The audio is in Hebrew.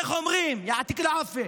איך אומרים, יא עתיק אל-עפיא.